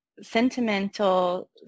sentimental